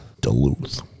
Duluth